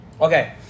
Okay